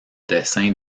dessin